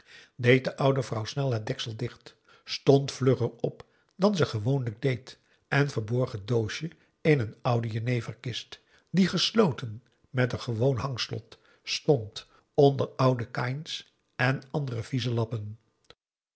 de oude vrouw snel het deksel dicht stond vlugger op dan ze gewoonlijk deed en verborg het doosje in een oude jeneverkist die gesloten met een gewoon hangslot stond onder oude kains en andere vieze lappen